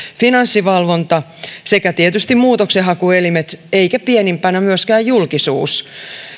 finanssivalvonta sekä tietysti muutoksenhakuelimet eikä pienimpänä myöskään julkisuus